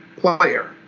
player